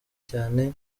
cyane